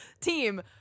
team